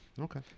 Okay